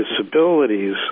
disabilities